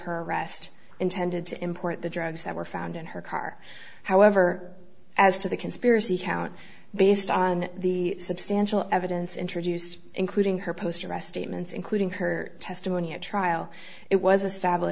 arrest intended to import the drugs that were found in her car however as to the conspiracy count based on the substantial evidence introduced including her post arrest statements including her testimony at trial it was a s